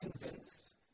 convinced